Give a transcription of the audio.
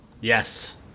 Yes